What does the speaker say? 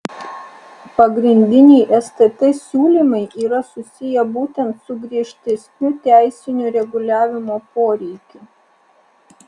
pagrindiniai stt siūlymai yra susiję būtent su griežtesniu teisinio reguliavimo poreikiu